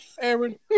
Aaron